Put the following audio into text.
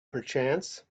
perchance